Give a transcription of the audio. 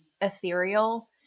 ethereal